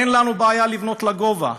אין לנו בעיה לבנות לגובה,